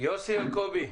יוסי אלקובי.